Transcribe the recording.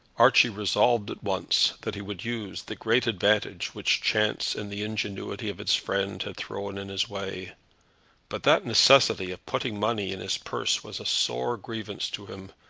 archie resolved at once that he would use the great advantage which chance and the ingenuity of his friend had thrown in his way but that necessity of putting money in his purse was a sore grievance to him,